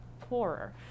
poorer